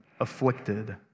afflicted